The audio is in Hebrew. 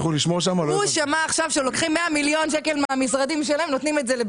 אנחנו מדברים על 29004. יש אבטחה של מזרח ירושלים ונדבר על זה,